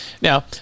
now